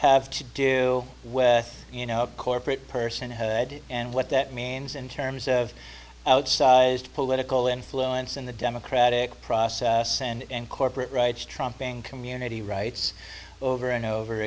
have to do with you know corporate personhood and what that means in terms of outsized political influence in the democratic process and corporate rights trumping community rights over and over